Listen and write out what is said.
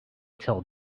till